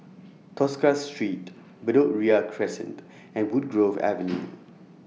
Tosca Street Bedok Ria Crescent and Woodgrove Avenue